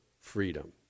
freedom